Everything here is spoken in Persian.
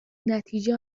نتیجه